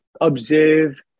observe